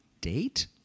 date